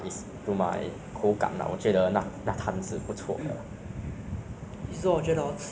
then 那间那那摊那边还有一 ti~ 还有一摊卖 ah 虾面 ah 汤了摊